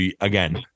Again